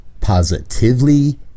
positively